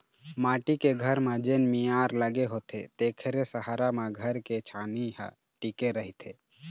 माटी के घर म जेन मियार लगे होथे तेखरे सहारा म घर के छानही ह टिके रहिथे